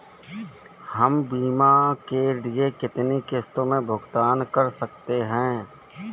हम बीमा के लिए कितनी किश्तों में भुगतान कर सकते हैं?